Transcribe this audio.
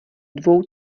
dvou